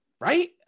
right